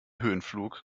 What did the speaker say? höhenflug